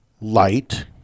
light